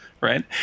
right